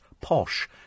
posh